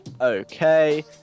Okay